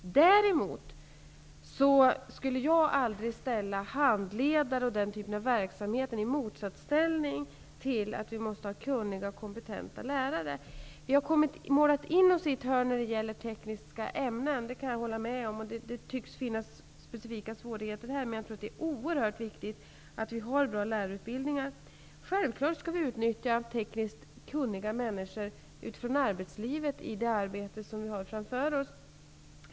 Däremot skulle jag aldrig ställa handledare och den typen av verksamhet i motsatsställning till kunniga och kompetenta lärare. Vi har målat in oss i ett hörn när det gäller tekniska ämnen -- det kan jag hålla med om. Och det tycks finnas specifika svårigheter här. Men det är oerhört viktigt att vi har bra lärarutbildningar. Självfallet skall tekniskt kunniga människor från arbetslivet utnyttjas i det arbete som vi har framför oss.